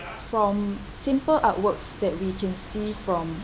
from simple artworks that we can see from